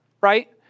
right